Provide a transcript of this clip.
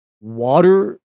water